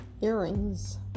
earrings